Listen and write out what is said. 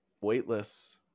Weightless